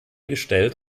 gestellt